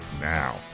now